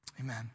amen